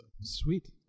Sweet